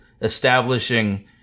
establishing